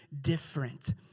different